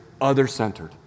other-centered